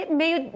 meio